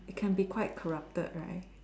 it can be quite corrupted right